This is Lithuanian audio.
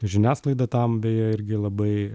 žiniasklaida tam beje irgi labai